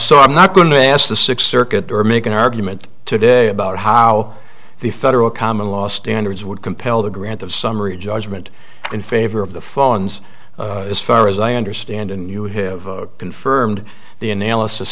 so i'm not going to ask the six circuit or make an argument today about how the federal commonlaw standards would compel the grant of summary judgment in favor of the phones as far as i understand and you have confirmed the analysis